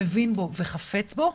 מבין בו וחפץ בו,